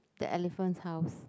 that elephant house